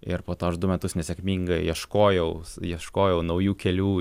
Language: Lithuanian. ir po to aš du metus nesėkmingai ieškojaus ieškojau naujų kelių